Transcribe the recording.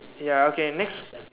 ya okay next